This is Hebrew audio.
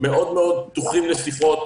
מאוד מאוד פתוחים לשיחות,